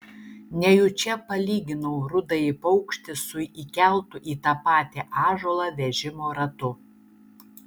nejučia palyginau rudąjį paukštį su įkeltu į tą patį ąžuolą vežimo ratu